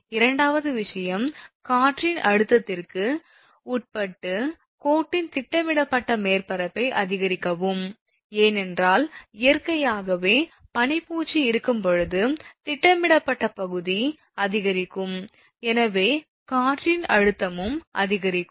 இரண்டாவது விஷயம் காற்றின் அழுத்தத்திற்கு உட்பட்டு கோட்டின் திட்டமிடப்பட்ட மேற்பரப்பை அதிகரிக்கவும் ஏனென்றால் இயற்கையாகவே பனி பூச்சு இருக்கும் போது திட்டமிடப்பட்ட பகுதி அதிகரிக்கும் எனவே காற்றின் அழுத்தமும் அதிகரிக்கும்